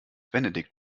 benedikt